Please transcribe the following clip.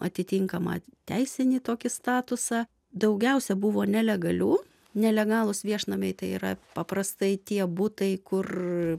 atitinkamą teisinį tokį statusą daugiausia buvo nelegalių nelegalūs viešnamiai tai yra paprastai tie butai kur